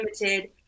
limited